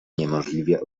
niemożliwie